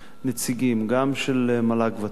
גם נציגים של מל"ג-ות"ת,